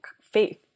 faith